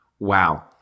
Wow